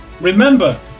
Remember